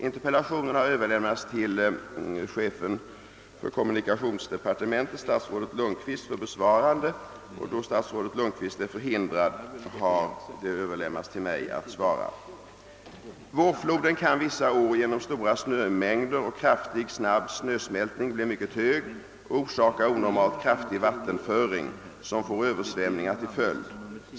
Interpellationen har överlämnats till chefen för kommunikationsdepartementet, statsrådet Lundkvist, för besvarande, och då statsrådet Lundkvist är förhindrad har det överlämnats till mig att svara på interpellationen. Vårfloden kan vissa år genom stora snömängder och kraftig, snabb snösmältning bli mycket hög och orsaka onormalt kraftig vattenföring, som får översvämningar till följd.